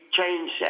change